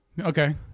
Okay